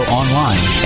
online